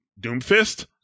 doomfist